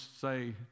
say